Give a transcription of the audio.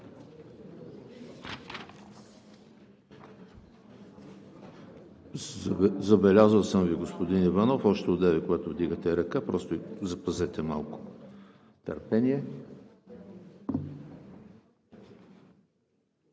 Забелязал съм Ви, господин Иванов, още когато вдигахте ръка – просто запазете малко търпение.